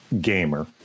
gamer